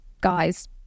guys